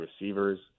receivers